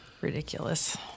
ridiculous